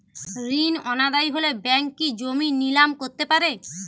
ঋণ অনাদায়ি হলে ব্যাঙ্ক কি জমি নিলাম করতে পারে?